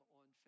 on